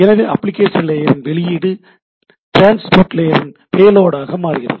எனவே application layer இன் வெளியீடு டிரான்ஸ்போர்ட் லேயர் இன் பேலோடாக மாறுகிறது